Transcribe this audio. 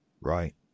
Right